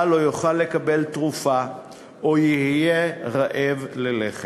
לא יוכל לקבל תרופה או יהיה רעב ללחם.